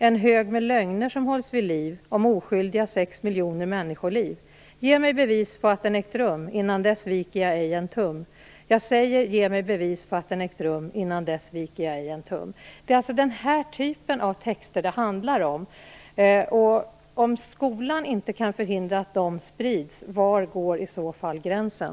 En hög med lögner som hålls vid liv om oskyldiga 6 miljoner människoliv. Ge mig bevis på att den har ägt rum. Innan dess viker jag ej en tum. Jag säger: Ge mig bevis på att den har ägt rum. Innan dess viker jag ej en tum. Det är denna typ av texter det handlar om. Om skolan inte kan förhindra att de sprids, var går då gränsen?